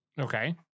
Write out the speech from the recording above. Okay